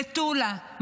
מטולה,